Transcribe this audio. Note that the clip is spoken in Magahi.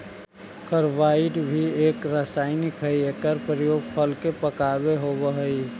कार्बाइड भी एक रसायन हई एकर प्रयोग फल के पकावे होवऽ हई